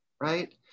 right